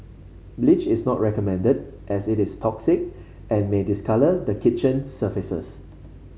bleach is not recommended as it is toxic and may discolour the kitchen surfaces